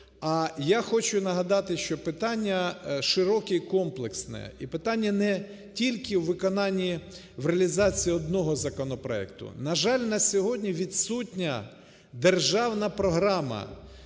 А я хочу нагадати, що питання широке і комплексне. І питання не тільки у виконанні, в реалізації одного законопроекту. На жаль, на сьогодні відсутня державна програма,